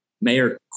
Mayor